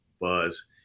buzz